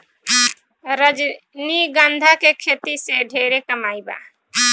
रजनीगंधा के खेती से ढेरे कमाई बा